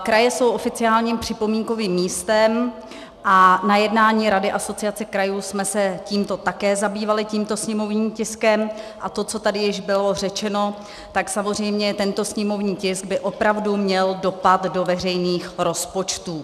Kraje jsou oficiálním připomínkovým místem a na jednání rady Asociace krajů jsme se tímto sněmovním tiskem také zabývali a to, co tady již bylo řečeno, tak samozřejmě tento sněmovní tisk by opravdu měl dopad do veřejných rozpočtů.